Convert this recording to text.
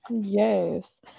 Yes